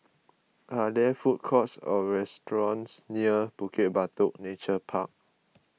are there food courts or restaurants near Bukit Batok Nature Park